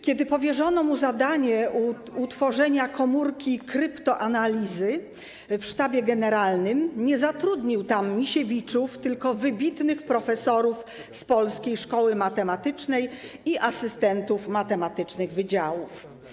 Kiedy powierzono mu zadanie utworzenia komórki kryptoanalizy w Sztabie Generalnym, zatrudnił tam nie Misiewiczów, tylko wybitnych profesorów z polskiej szkoły matematycznej i asystentów matematycznych wydziałów.